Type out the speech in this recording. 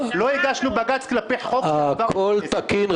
לא הגשנו בג"ץ כלפי --- הכול תקין,